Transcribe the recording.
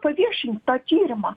paviešint tą tyrimą